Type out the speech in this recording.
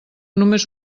només